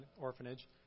orphanage